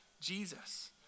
Jesus